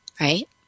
Right